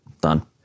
Done